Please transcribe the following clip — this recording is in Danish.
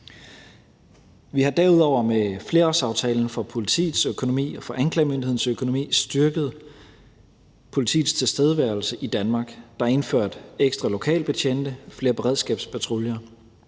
Vi har derudover med flerårsaftalen for politiets økonomi og for anklagemyndighedens økonomi styrket politiets tilstedeværelse i Danmark. Der er indført ekstra lokalbetjente, flere beredskabspatruljer,